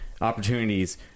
opportunities